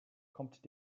kommt